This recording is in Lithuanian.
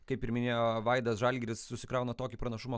kaip ir minėjo vaidas žalgiris susikrauna tokį pranašumą